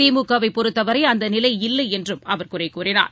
திமுகவைப் பொறுத்தவரைஅந்தநிலை இல்லைஎன்றும் அவர் குறைகூறினார்